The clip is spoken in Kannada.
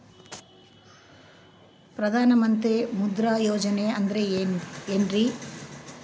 ಪ್ರಧಾನ ಮಂತ್ರಿ ಮುದ್ರಾ ಯೋಜನೆ ಅಂದ್ರೆ ಏನ್ರಿ?